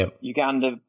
Uganda